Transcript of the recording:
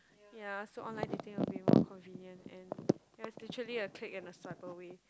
ya so online dating will be more convenient and there is literally a click and a swipe way